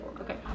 Okay